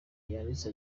yanditse